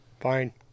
Fine